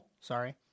sorry